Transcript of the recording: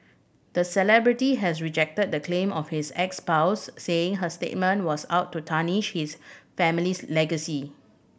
the celebrity has rejected the claim of his ex spouse saying her statement was out to tarnish his family's legacy